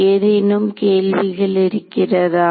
ஏதேனும் கேள்விகள் இருக்கிறதா